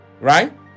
Right